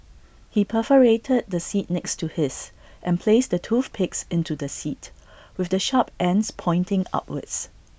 he perforated the seat next to his and placed the toothpicks into the seat with the sharp ends pointing upwards